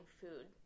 food